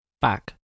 back